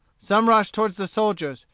some rushed toward the soldiers,